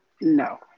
No